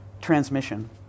Transmission